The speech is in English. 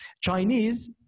Chinese